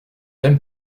aime